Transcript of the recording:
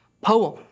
poem